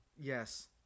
Yes